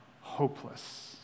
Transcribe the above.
hopeless